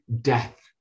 death